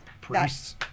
priests